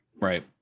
right